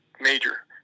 Major